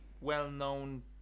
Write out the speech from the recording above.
well-known